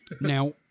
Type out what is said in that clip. Now